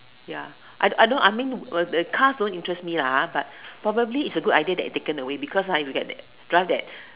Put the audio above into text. ya I don't I don't I mean the the cars don't interest me lah ah but probably is a good idea taken away because ah if you get that drive that